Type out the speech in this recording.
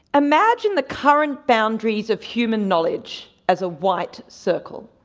imagine the current boundaries of human knowledge as a white circle.